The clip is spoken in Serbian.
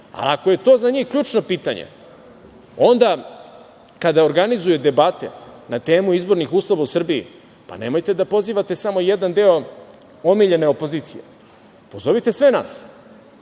a ako je to za njih ključno pitanje, onda kada organizuju debate na temu izbornih uslova u Srbiji, nemojte da pozivate samo jedan deo omiljene opozicije, pozovite sve nas,